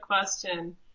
question